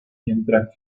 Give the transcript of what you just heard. mientras